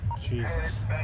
Jesus